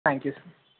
thank you sir